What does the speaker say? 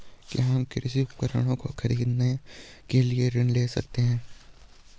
क्या हम कृषि उपकरणों को खरीदने के लिए ऋण ले सकते हैं?